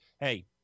hey